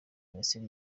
minisiteri